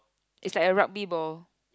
it's like a rugby ball